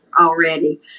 already